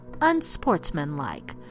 unsportsmanlike